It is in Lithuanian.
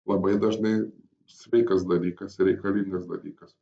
labai dažnai sveikas dalykas reikalingas dalykas